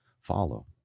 follow